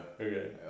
Okay